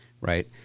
Right